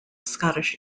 scottish